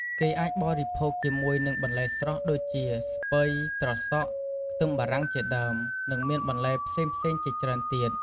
គេអាចបរិភោគជាមួយនឹងបន្លែស្រស់ដូចជាស្ពៃ ត្រសក់ ខ្ទឹមបារាំងជាដើម និងមានបន្លែផ្សេងៗជាច្រើនទៀត។